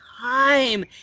time